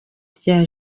rya